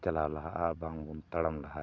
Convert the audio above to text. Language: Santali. ᱪᱟᱞᱟᱣ ᱞᱟᱦᱟᱜᱼᱟ ᱵᱟᱝᱵᱚᱱ ᱛᱟᱲᱟᱢ ᱞᱟᱦᱟᱭᱟ